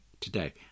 today